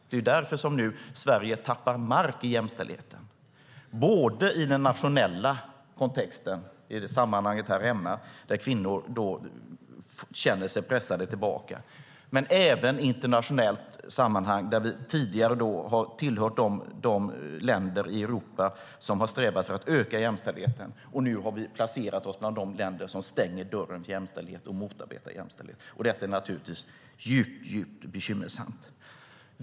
Det är därför som Sverige nu tappar mark när det gäller jämställdheten, både i det nationella sammanhanget här hemma där kvinnor känner sig pressade tillbaka och i ett internationellt sammanhang där vi tidigare har tillhört de länder i Europa som har strävat efter att öka jämställdheten. Nu har vi placerat oss bland de länder som stänger dörren till jämställdhet och motarbetar jämställdhet. Detta är naturligtvis djupt bekymmersamt.